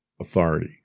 authority